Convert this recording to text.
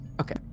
Okay